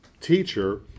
teacher